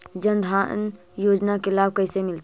जन धान योजना के लाभ कैसे मिलतै?